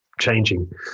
changing